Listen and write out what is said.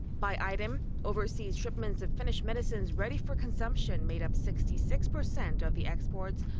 by item, overseas shipments of finished medicines ready for consumption made up sixty six percent of the exports,